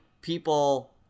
people